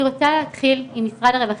אני רוצה לתת את רשות הדיבור